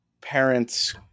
parents